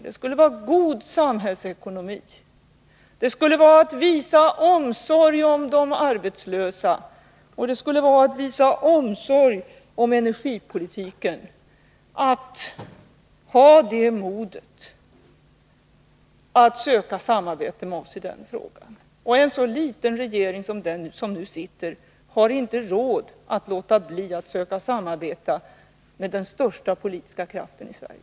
Det skulle vara god samhällsekonomi, det skulle vara att visa omsorg om de arbetslösa och det skulle vara att visa omsorg om energipolitiken att ha modet att söka samarbete med oss i den frågan. En så liten regering som den som nu sitter har inte råd att låta bli att söka samarbete med den största politiska kraften i Sverige.